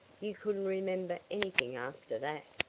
you couldn't remember anything after that.